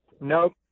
Nope